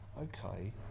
okay